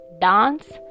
dance